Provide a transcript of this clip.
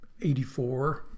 84